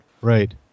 Right